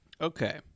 Okay